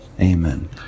Amen